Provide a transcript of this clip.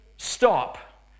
stop